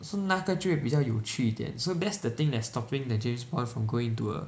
是那个就会比较有趣一点 so that's the thing that's stopping the James Bond from going into a